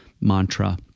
mantra